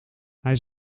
hij